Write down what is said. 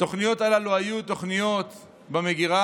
התוכניות הללו היו תוכניות במגירה,